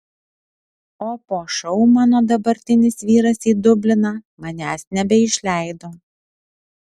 o po šou mano dabartinis vyras į dubliną manęs nebeišleido